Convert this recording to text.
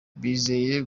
bizeye